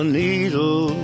needle